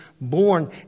born